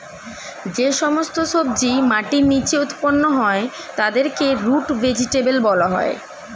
যে সমস্ত সবজি মাটির নিচে উৎপন্ন হয় তাদেরকে রুট ভেজিটেবল বলা হয়